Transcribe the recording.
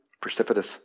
precipitous